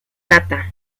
data